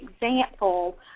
example